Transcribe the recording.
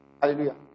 Hallelujah